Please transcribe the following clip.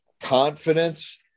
confidence